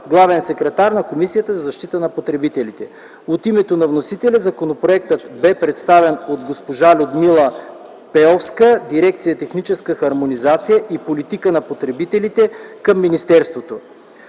главен секретар на Комисията за защита на потребителите. От името на вносителя законопроектът бе представен от госпожа Людмила Пеовска – дирекция „Техническа хармонизация и политика на потребителите” към министерството.